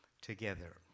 together